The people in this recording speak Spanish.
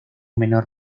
menor